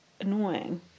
Annoying